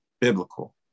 biblical